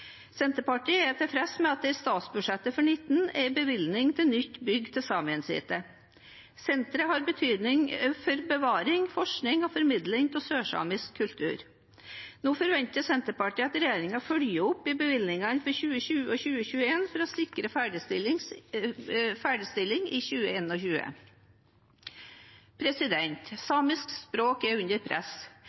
Senterpartiet er tilfreds med at det i statsbudsjett for 2019 er en bevilgning til nytt bygg til Saemien Sijte. Senteret har betydning for bevaring, forskning og formidling av sørsamisk kultur. Nå forventer Senterpartiet at regjeringen følger opp i bevilgningene for 2020 og 2021, for å sikre ferdigstillelse i 2021. Samiske språk er under press.